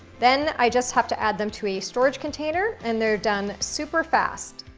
then, i just have to add them to a storage container, and they're done super fast.